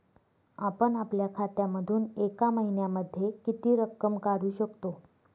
आपण आपल्या खात्यामधून एका महिन्यामधे किती रक्कम काढू शकतो?